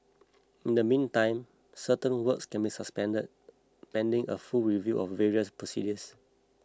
in the meantime certain works have been suspended pending a full review of various procedures